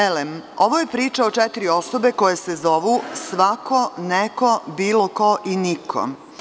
Elem, ovo je priča o četiri osobe koje se zovu: svako, neko, bilo ko i niko.